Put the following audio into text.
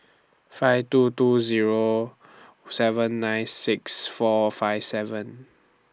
five two two Zero seven nine six four five seven